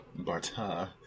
Barta